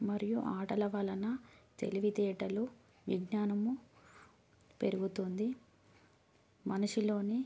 మరియు ఆటల వలన తెలివితేటలు విజ్ఞానము పెరుగుతుంది మనిషిలోని